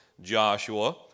Joshua